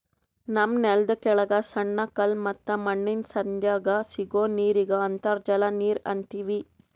ನಮ್ಮ್ ನೆಲ್ದ ಕೆಳಗ್ ಸಣ್ಣ ಕಲ್ಲ ಮತ್ತ್ ಮಣ್ಣಿನ್ ಸಂಧ್ಯಾಗ್ ಸಿಗೋ ನೀರಿಗ್ ಅಂತರ್ಜಲ ನೀರ್ ಅಂತೀವಿ